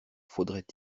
faudrait